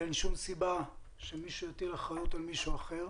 ואין שום סיבה שמישהו יטיל אחריות על מישהו אחר.